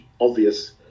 obvious